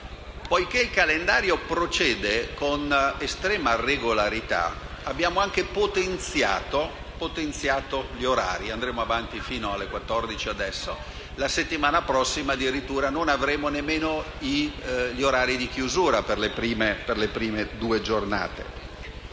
Veneto. Il calendario procede con estrema regolarità. Abbiamo anche potenziato gli orari - ora andremo avanti fino alle ore 14 e la settimana prossima addirittura non avremo nemmeno gli orari di chiusura per le prime due giornate